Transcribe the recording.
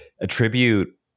attribute